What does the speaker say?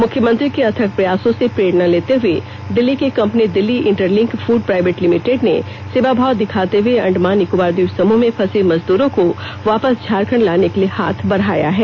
मुख्यमंत्री के अथक प्रयासों से प्रेरणा लेते हए दिल्ली की एक company Delhi interlink food private limited ने सेवाभाव दिखाते हुए अंडमान निकोबार ट्वीप समृह में फंसे मजदूरों को वापस झारखंड लाने के लिये हाथ बढ़ाया है